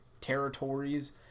territories